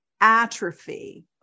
atrophy